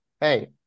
hey